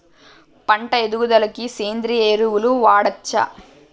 పంట ఎదుగుదలకి సేంద్రీయ ఎరువులు వాడచ్చా?